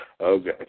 Okay